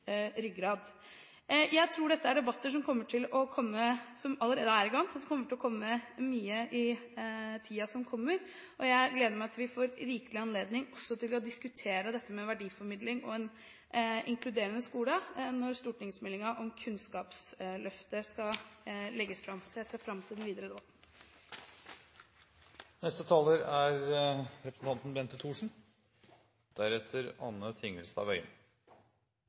ryggrad. Dette er en debatt som allerede er i gang – og som også vil komme mye i tiden framover. Jeg gleder meg til at vi får rikelig anledning til å diskutere dette med verdiformidling og en inkluderende skole når stortingsmeldingen om Kunnskapsløftet legges fram. Jeg ser fram til den videre debatten. Først vil jeg takke representanten